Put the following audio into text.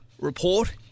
report